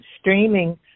streaming